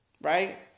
right